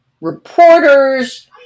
reporters